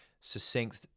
succinct